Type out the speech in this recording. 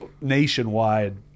nationwide